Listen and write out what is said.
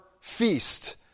feast